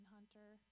Hunter